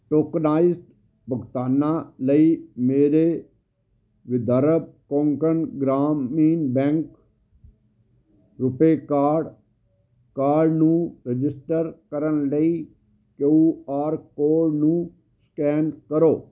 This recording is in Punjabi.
ਟੋਕਨਾਈਜ਼ਡ ਭੁਗਤਾਨਾਂ ਲਈ ਮੇਰੇ Vidarbha Konkan Gramin bank RuPay card card ਨੂੰ ਰਜਿਸਟਰ ਕਰਨ ਲਈ ਕਯੂ ਆਰ ਕੋਡ ਨੂੰ ਸਕੈਨ ਕਰੋ